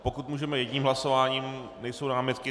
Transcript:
Pokud můžeme jedním hlasováním nejsou námitky.